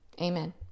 Amen